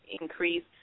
increase